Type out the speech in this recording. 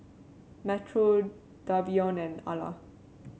Metro Davion and Alla